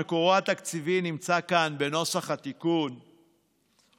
שמקורו התקציבי נמצא כאן בנוסח התיקון הזה,